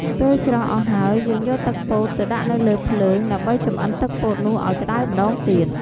ពេលច្រោះអស់ហើយយើងយកទឹកពោតទៅដាក់នៅលើភ្លើង ដើម្បីចម្អិនទឹកពោតនោះឱ្យក្ដៅម្ដងទៀត។